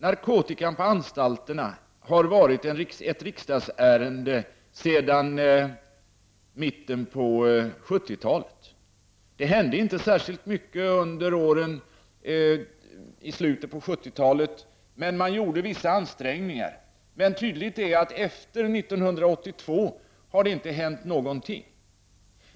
Narkotikan på anstalterna har varit ett riksdagsärende sedan mitten på 70-talet, men det hände inte särskilt mycket under följande år. Även om det gjorts vissa ansträngningar, är det tydligt att det inte hänt någonting efter 1982.